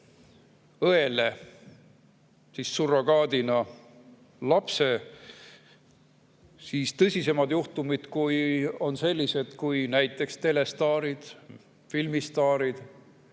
õele surrogaadina lapse, on tõsisemad juhtumid sellised, kui näiteks telestaarid, filmistaarid